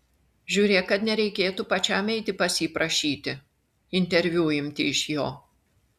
žiūrėk kad nereikėtų pačiam eiti pas jį prašyti interviu imti iš jo